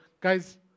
guys